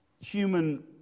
human